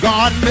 God